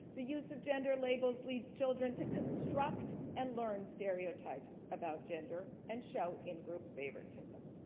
the use of gender labels leads children to construct and learn stereotypes about gender and show in-group favoritism.